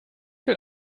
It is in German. will